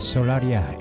Solaria